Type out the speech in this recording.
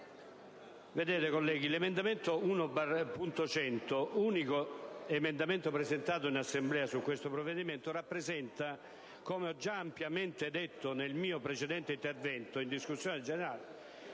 l'emendamento 1.100, unico emendamento presentato in Assemblea sul provvedimento in esame, rappresenta, come già ampiamente detto nel mio precedente intervento in discussione generale,